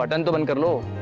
but and and law